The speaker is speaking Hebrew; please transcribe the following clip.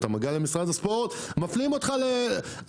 אתה מגיע למשרד הספורט מפנים אותך לתחבורה,